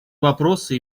вопросы